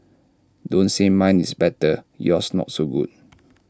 don't say mine is better yours not so good